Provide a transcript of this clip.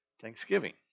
Thanksgiving